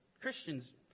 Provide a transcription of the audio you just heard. Christians